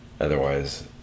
Otherwise